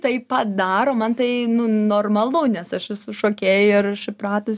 taip pat daro man tai nu normalu nes aš esu šokėja ir aš įpratus